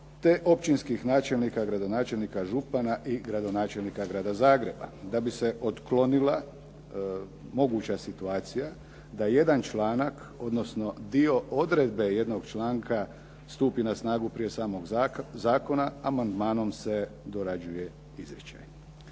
te općinskih načelnika, gradonačelnika, župana i gradonačelnika Grada Zagreba. Da bi se otklonila moguća situacija da jedan članak, odnosno dio odredbe jednog članka stupi na snagu prije samog zakona, amandmanom se dorađuje izvješće.